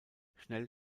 schnell